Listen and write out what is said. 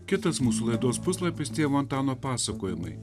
kitas mūsų laidos puslapis tėvo antano pasakojimai